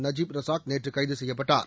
Najib Razak நேற்று கைது செய்யப்பட்டார்